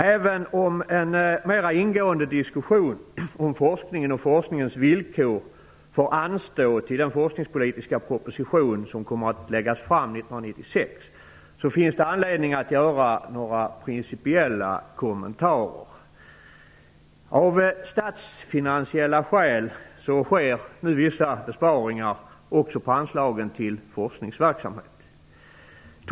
Även om en mera ingående diskussion om forskningen och forskningens villkor får anstå till den forskningspolitiska proposition som kommer att läggas fram 1996, finns det anledning att göra några principiella kommentarer. Av statsfinansiella skäl sker vissa besparingar också på anslagen till forskningsverksamhet.